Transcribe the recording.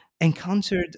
encountered